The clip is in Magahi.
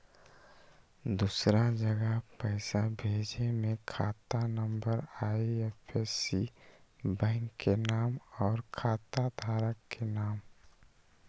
दूसरा जगह पईसा भेजे में खाता नं, आई.एफ.एस.सी, बैंक के नाम, और खाता धारक के नाम?